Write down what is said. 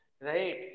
right